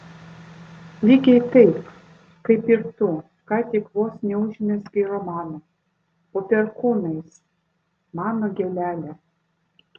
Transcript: lygiai taip kaip ir tu ką tik vos neužmezgei romano po perkūnais mano gėlele